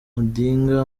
odinga